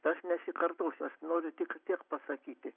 tas nesikartos aš noriu tik tiek pasakyti